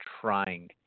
trying